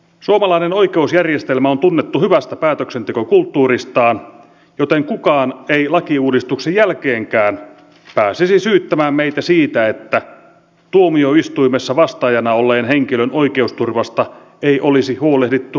suomalainen oikeusjärjestelmä on tunnettu hyvästä päätöksentekokulttuuristaan joten kukaan ei lakiuudistuksen jälkeenkään pääsisi syyttämään meitä siitä että tuomioistuimessa vastaajana olleen henkilön oikeusturvasta ei olisi huolehdittu asianmukaisesti